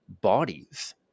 bodies